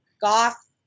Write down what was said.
goth